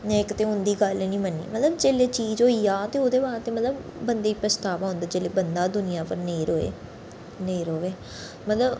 में इक ते उं''दी गल्ल नी मन्नी मतलब जेल्लै चीज़ होई जां तो ओह्दे बाद ते मतलब बंदे गी पछतावा होंदा जेल्लै बंदा दुनिया पर नेईं र'वै नेईं र'वै मतलब